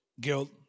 guilt